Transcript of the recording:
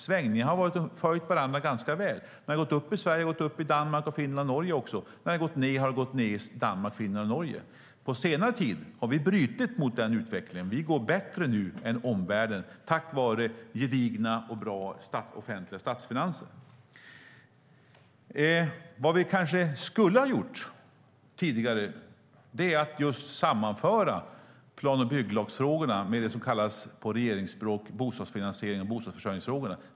Svängningarna har följt varandra ganska väl; när det har gått upp Sverige har det gått upp i Danmark, Finland och Norge också, och när det har gått ned har det gått ned även i Danmark, Finland, och Norge. På senare tid har vi brutit mot den utvecklingen. Vi går nu bättre än omvärlden, tack vare gedigna och bra offentliga statsfinanser. Vad vi kanske skulle ha gjort tidigare är att sammanföra plan och bygglagsfrågorna med det som på regeringsspråk kallas bostadsfinansierings och bostadsförsörjningsfrågorna.